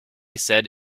said